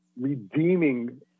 redeeming